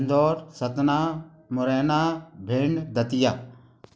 Indore Satna Morena Bhind Datia